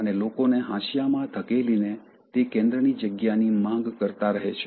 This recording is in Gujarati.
અને લોકોને હાંસિયામાં ધકેલીને તે કેન્દ્રની જગ્યાની માંગ કરતા રહે છે